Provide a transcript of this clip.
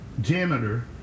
janitor